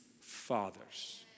fathers